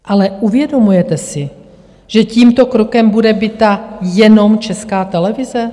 Ale uvědomujete si, že tímto krokem bude bita jenom Česká televize?